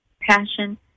passion